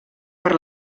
per